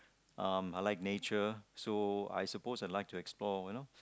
um I like nature so I suppose I like to explore you know